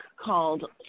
called